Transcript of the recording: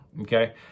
Okay